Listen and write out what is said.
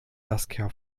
saskia